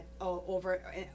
over